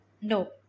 No